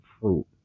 fruit